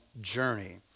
journey